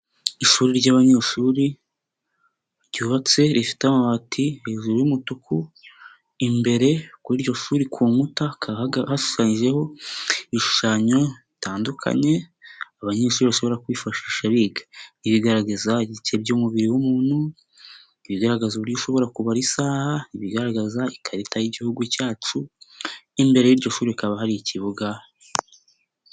Ishuri ry'abanyeshuri ryubatse rifite amabati hejuru y'umutuku, imbere kuri iryo shuri ku nkuta hakaba hashusanyijeho ibishushanyo bitandukanye abanyeshuri bashobora kwifashisha biga, ibigaragaza icice by'umubiri w'umuntu, ibigaragaza uburyo ushobora kubara isaha, ibigaragaza ikarita y'Igihugu cyacu, imbere y'iryo shuri hakaba hari ikibuga.